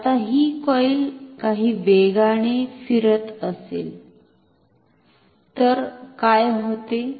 आता ही कॉइल काही वेगाने फिरत असेल तर काय होते